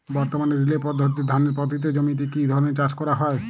বর্তমানে রিলে পদ্ধতিতে ধানের পতিত জমিতে কী ধরনের চাষ করা হয়?